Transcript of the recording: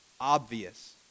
obvious